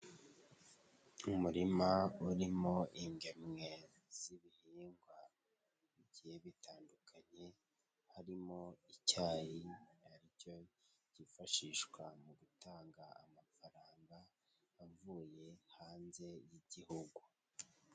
Umurima urimo ingemwe z'ibihingwa bigiye bitandukanye harimo icyayi ariryo cyifashishwa mu gutanga amafaranga avuye hanze y'igihugu.